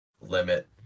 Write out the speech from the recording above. limit